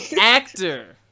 Actor